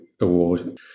award